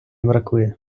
бракує